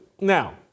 Now